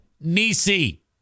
Nisi